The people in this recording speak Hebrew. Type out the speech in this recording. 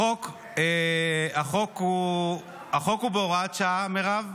החוק הוא בהוראת שעה, מירב.